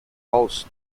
house